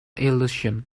illusion